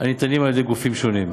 הניתנים על-ידי גופים שונים.